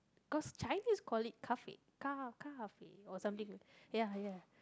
cause Chinese call it kafe or something ya ya